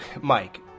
Mike